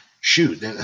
Shoot